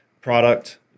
product